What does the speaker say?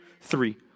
three